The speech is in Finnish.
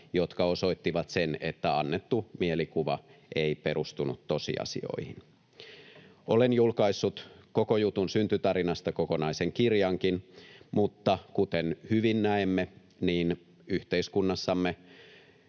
jotka osoittivat sen, että annettu mielikuva ei perustunut tosiasioihin. Olen julkaissut koko jutun syntytarinasta kokonaisen kirjankin, mutta kuten hyvin näemme, niin yhteiskunnassamme